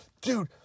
Dude